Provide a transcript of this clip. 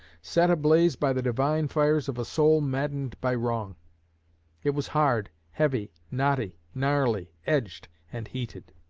set ablaze by the divine fires of a soul maddened by wrong it was hard, heavy, knotty, gnarly, edged, and heated.